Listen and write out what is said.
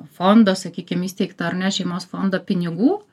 fondo sakykim įsteigta ar ne šeimos fondo pinigų